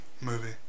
movie